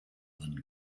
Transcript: than